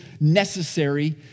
necessary